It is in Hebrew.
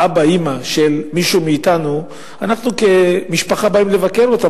ואנחנו כמשפחה באים לבקר אותם,